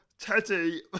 Teddy